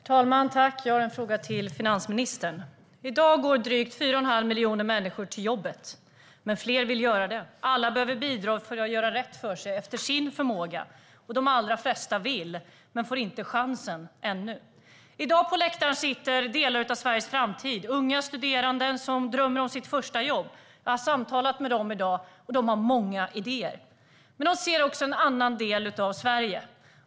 Herr talman! Jag har en fråga till finansministern. I dag går drygt 4 1⁄2 miljon människor till jobbet, men fler vill göra det. Alla behöver bidra för att göra rätt för sig efter sin förmåga. De allra flesta vill också det men får inte chansen ännu. På läktaren sitter delar av Sveriges framtid - unga studerande som drömmer om sitt första jobb. Jag har samtalat med dem i dag, och de har många idéer. Men de ser också en annan del av Sverige.